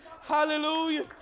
Hallelujah